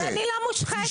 אבל אני לא מושחתת,